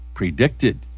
predicted